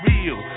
Real